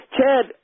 Chad